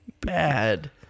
bad